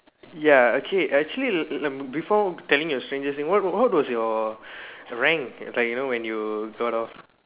ya okay actually um before telling your strangest thing what what was your rank like you know when you got of